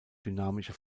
dynamische